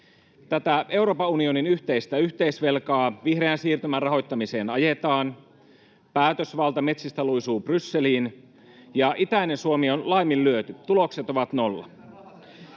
Tätä Euroopan unionin yhteistä yhteisvelkaa vihreän siirtymän rahoittamiseen ajetaan, päätösvalta metsistä luisuu Brysseliin, ja itäinen Suomi on laiminlyöty. Tulokset ovat nolla.